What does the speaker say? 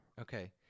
Okay